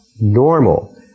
normal